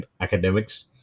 academics